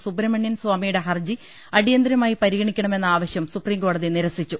സുബ്രഹ്മണ്യൻ സ്വാമിയുടെ ഹർജി അടിയന്തരമായി പരിഗണിക്കണമെന്ന ആവശ്യം സുപ്രീം കോടതി നിരസിച്ചു